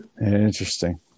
interesting